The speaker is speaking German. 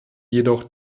jedoch